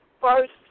first